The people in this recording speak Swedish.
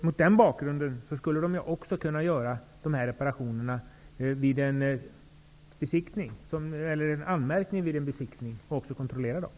Mot den bakgrunden skulle de också kunna göra dessa reparationer vid en anmärkning vid en besiktning, och också kontrollera den.